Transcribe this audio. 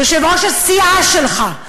יושב-ראש הסיעה שלך,